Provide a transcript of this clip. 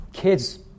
Kids